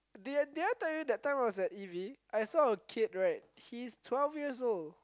did I did I tell you that time I was at Eve I saw a kid right he's twelve years old